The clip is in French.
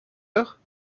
heure